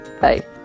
Bye